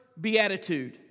Beatitude